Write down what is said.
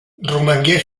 romangué